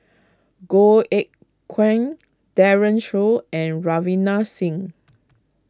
Goh Eck Kheng Daren Shiau and Ravinder Singh